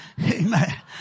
Amen